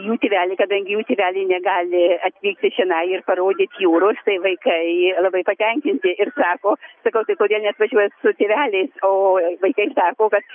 jų tėveliai kadangi jų tėveliai negali atvykti čionai ir parodyt jūros tai vaikai labai patenkinti ir sako sakau tai kodėl neatvažiuojat su tėveliais o vaikai sako kad